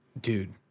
dude